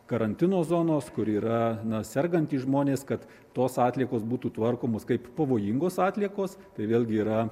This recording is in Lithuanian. karantino zonos kur yra na sergantys žmonės kad tos atliekos būtų tvarkomos kaip pavojingos atliekos tai vėlgi yra